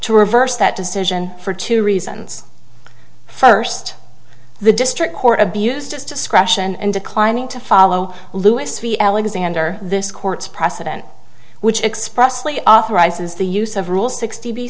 to reverse that decision for two reasons first the district court abused its discretion and declining to follow louis freeh alexander this court's precedent which expressly authorizes the use of rule sixty